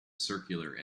circular